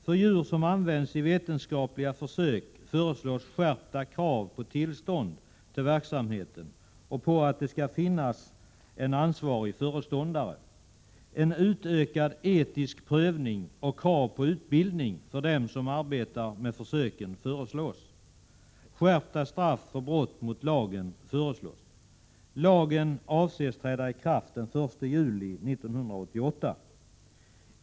För djur som används i vetenskapliga försök föreslås skärpta krav på tillstånd till verksamheten och på att det skall finnas en ansvarig föreståndare. En utökad etisk prövning och krav på utbildning för dem som arbetar med försöken föreslås. Skärpta straff för brott mot lagen föresiås. Lagen avses träda i kraft den 1 juli 1988.